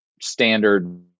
standard